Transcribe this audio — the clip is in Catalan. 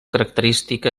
característica